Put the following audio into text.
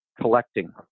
collecting